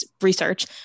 research